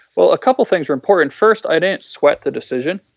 well, a couple of things are important. first, i didn't sweat the decision.